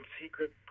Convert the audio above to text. secret